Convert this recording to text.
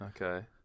okay